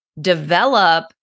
develop